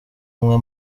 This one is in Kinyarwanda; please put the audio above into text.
umwe